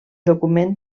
document